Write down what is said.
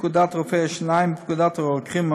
פקודת רופאי השיניים ופקודת הרוקחים,